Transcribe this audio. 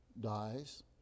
dies